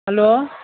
hello